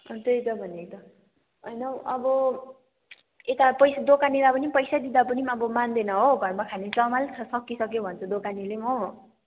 अँ त्यही त भनेको त होइन हौ अब यता पैसा दोकाननीलाई पनि पैसै दिँदा पनि अब मान्दैन हो घरमा खाने चामल सकिइसक्यो भन्छ दोकाननीले पनि हो